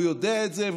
הוא יודע את זה,